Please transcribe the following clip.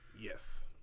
Yes